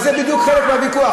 יש, אבל זה בדיוק חלק מהוויכוח.